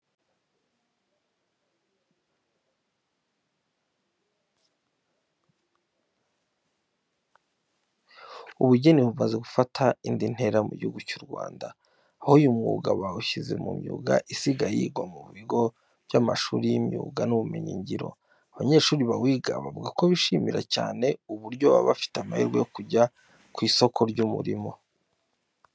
Ubugeni bumaze gufata indi ntera mu Gihugu cy'u Rwanda, aho uyu mwuga bawushyize mu myuga isigaye yigwa mu bigo by'amashuri y'imyuga n'ubumenyingiro. Abanyeshuri bawiga bavuga ko bishimira cyane uburyo baba bafite amahirwe yo kujya ku isoko ry'umurimo.